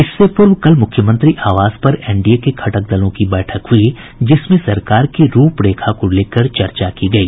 इससे पूर्व कल मुख्यमंत्री आवास पर एनडीए के घटक दलों की बैठक हुई जिसमें सरकार की रूपरेखा को लेकर चर्चा की गई